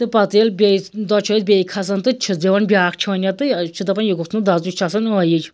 تہٕ پَتہٕ ییٚلہِ بیٚیہِ دۄہ چھِ أسۍ بیٚیہِ کھَسان تہٕ چھِس دِوان بیٛاکھ چھٲنیٛا تہٕ أسۍ چھِ دپان یہِ گوٚژھ نہٕ دَزُن یہِ چھِ آسان ٲیِج